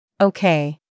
Okay